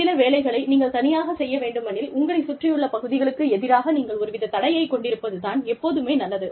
சில வேலைகளை நீங்கள் தனியாகச் செய்ய வேண்டுமெனில் உங்களை சுற்றியுள்ள பகுதிகளுக்கு எதிராக நீங்கள் ஒருவித தடையைக் கொண்டிருப்பது தான் எப்போதுமே நல்லது